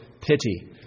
pity